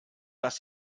dass